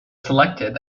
selected